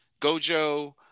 Gojo